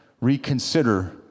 reconsider